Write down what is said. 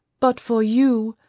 but for you,